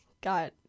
got